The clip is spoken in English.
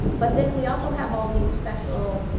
but then, we also have all these special,